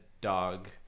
dog